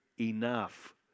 enough